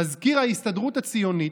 מזכיר ההסתדרות הציונית.